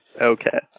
Okay